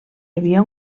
havia